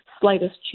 slightest